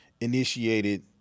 initiated